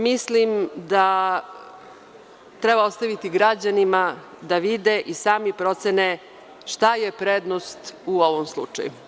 Mislim da treba ostaviti građanima da vide i sami procene šta je prednost u ovom slučaju.